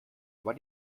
über